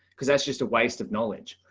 because that's just a waste of knowledge.